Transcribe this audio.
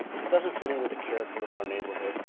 it doesn't fit in with the character of our neighborhood.